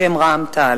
בשם רע"ם-תע"ל.